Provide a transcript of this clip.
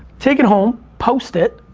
take it home, post it,